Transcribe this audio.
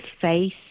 face